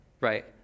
right